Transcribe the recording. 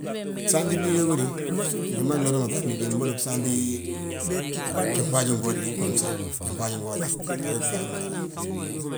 Gsaantin dúniyaa go dé, njali ma gloda ma ŧagni dé mbolo gsaanti geme faajingooda gemi faajingooda;